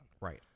Right